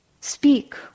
speak